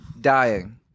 Dying